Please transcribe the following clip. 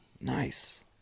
Nice